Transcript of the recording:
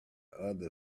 other